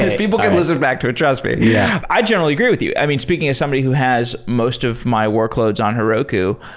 and people can listen back to it. trust me. yeah i generally agree with you. i mean, speaking as somebody who has most of my workloads on heroku.